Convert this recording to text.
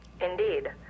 Indeed